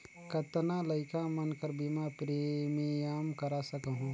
कतना लइका मन कर बीमा प्रीमियम करा सकहुं?